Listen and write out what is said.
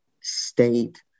state